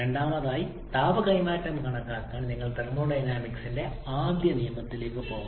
രണ്ടാമതായി താപ കൈമാറ്റം കണക്കാക്കാൻ നിങ്ങൾ തെർമോഡൈനാമിക്സിന്റെ ആദ്യ നിയമത്തിലേക്ക് പോകണം